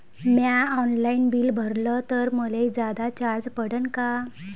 म्या online bill भरलं तर मले जादा चार्ज पडन का?